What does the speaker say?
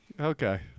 Okay